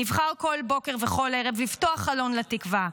נבחר כל בוקר וכל ערב לפתוח חלון לתקווה.